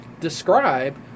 describe